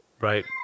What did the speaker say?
Right